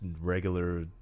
regular